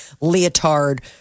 leotard